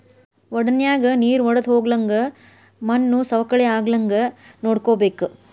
ವಡನ್ಯಾಗ ನೇರ ವಡ್ದಹೊಗ್ಲಂಗ ಮಣ್ಣು ಸವಕಳಿ ಆಗ್ಲಂಗ ನೋಡ್ಕೋಬೇಕ